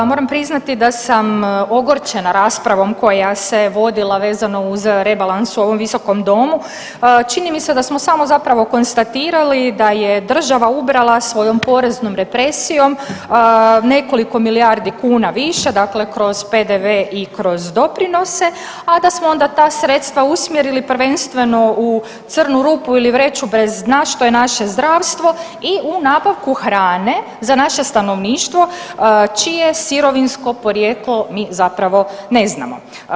Moram priznati da sam ogorčena raspravom koja se vodila vezano uz rebalans u ovom visokom domu, čini mi se da smo samo zapravo konstatirali da je država ubrala svojom poreznom represijom nekoliko milijardi kuna više, dakle kroz PDV i kroz doprinose, a da smo onda ta sredstva usmjerili prvenstveno u crnu rupu ili vreću bez dna što je naše zdravstvo i u nabavku hrane za naše stanovništvo čije sirovinsko porijeklo mi zapravo ne znamo.